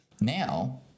Now